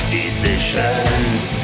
decisions